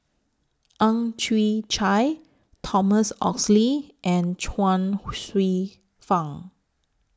Ang Chwee Chai Thomas Oxley and Chuang Hsueh Fang